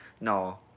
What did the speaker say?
No